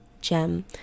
gem